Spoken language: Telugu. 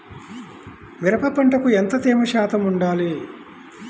మిరప పంటకు ఎంత తేమ శాతం వుండాలి?